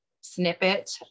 snippet